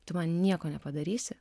tu man nieko nepadarysi